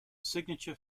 signature